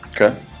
Okay